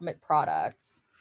products